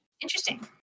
Interesting